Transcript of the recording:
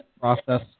process